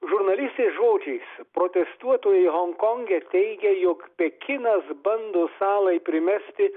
žurnalistės žodžiais protestuotojai honkonge teigia jog pekinas bando salai primesti